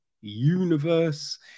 universe